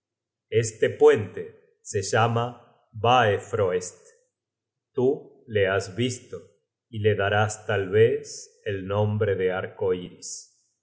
este puente se llama baefroest tú le has visto y le darás tal vez el nombre de